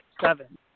seven